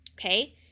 okay